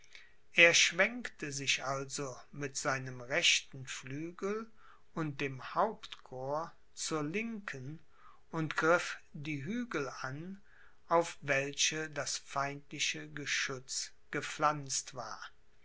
er schwenkte sich also mit seinem rechten flügel und dem hauptcorps zur linken und griff die hügel an auf welche das feindliche geschütz gepflanzt war